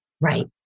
Right